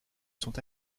sont